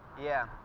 yeah.